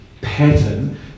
pattern